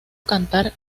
cantar